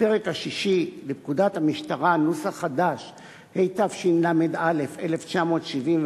בפרק השישי בפקודת המשטרה , התשל"א 1971,